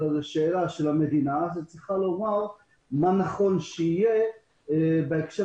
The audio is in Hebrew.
אלא של המדינה שצריכה לומר מה נכון שיהיה בקשר